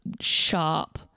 sharp